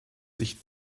sich